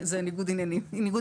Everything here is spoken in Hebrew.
זה ניגוד אינטרסים